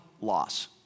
loss